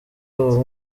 abo